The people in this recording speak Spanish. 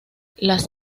las